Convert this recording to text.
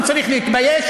הוא צריך להתבייש.